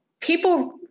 people